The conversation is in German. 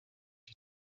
die